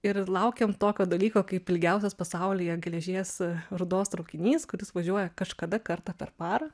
ir laukėm tokio dalyko kaip ilgiausias pasaulyje geležies rūdos traukinys kuris važiuoja kažkada kartą per parą